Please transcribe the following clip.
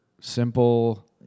simple